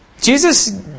Jesus